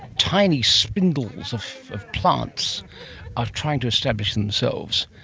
tiny spindles of of plants are trying to establish themselves,